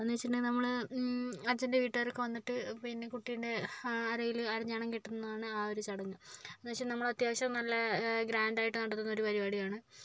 എന്ന് വെച്ചിട്ടുണ്ടെങ്കിൽ നമ്മൾ അച്ഛൻ്റെ വീട്ടുകാരൊക്കെ വന്നിട്ട് പിന്നെ കുട്ടീൻ്റെ അരയിൽ അരഞ്ഞാണം കെട്ടുന്നതാണ് ആ ഒരു ചടങ്ങ് എന്ന് വെച്ചാൽ നമ്മൾ അത്യാവശ്യം നല്ല ഗ്രാൻഡായിട്ട് നടത്തുന്നൊരു പരിപാടിയാണ്